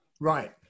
Right